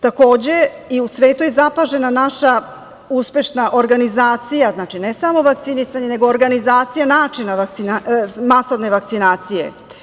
Takođe, i u svetu je zapažena naša uspešna organizacija, ne samo vakcinisanje nego organizacija načina masovne vakcinacije.